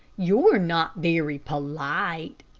you're not very polite,